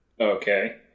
Okay